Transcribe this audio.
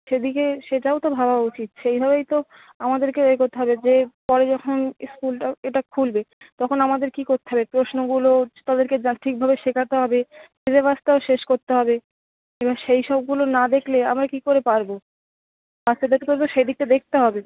সেদিকে সেটাও তো ভাবা উচিত সেইভাবেই তো আমাদেরকে এ করতে হবে যে পরে যখন স্কুলটা এটা খুলবে তখন আমাদের কী করতে হবে প্রশ্নগুলো চ তাদেরকে ঠিকভাবে শেখাতে হবে সিলেবাসটাও শেষ করতে হবে এবং সেই সবগুলো না দেখলে আমরা কী করে পারবো বাচ্চাদেরকে তো সেদিকটা দেখতে হবে